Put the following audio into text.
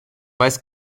weiß